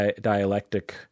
dialectic